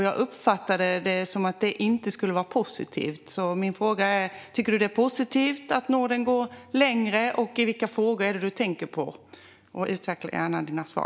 Jag uppfattade det som att det inte skulle vara positivt. Tycker du att det är positivt att Norden går längre, och vilka frågor är det du tänker på? Utveckla gärna dina svar!